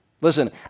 Listen